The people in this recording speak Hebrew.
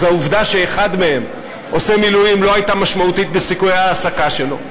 אז העובדה שאחד מהם עושה מילואים לא הייתה משמעותית בסיכויי ההעסקה שלו,